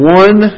one